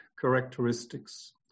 characteristics